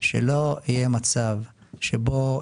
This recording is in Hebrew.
שלא יהיה מצב שבו